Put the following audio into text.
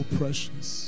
precious